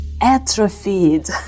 atrophied